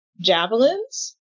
javelins